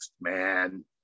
man